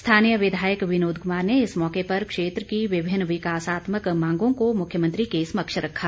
स्थानीय विधायक विनोद कुमार ने इस मौके पर क्षेत्र की विभिन्न विकासात्मक मांगों को मुख्यमंत्री के समक्ष रखा